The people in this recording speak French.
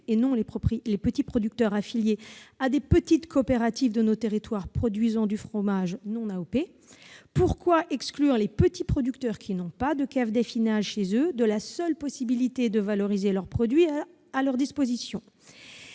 et non les petits producteurs affiliés à de petites coopératives de nos territoires, qui produisent du fromage non AOP ? Pourquoi exclure les petits producteurs, qui n'ont pas de cave d'affinage chez eux, de la seule possibilité de valoriser leurs produits dont ils disposent ?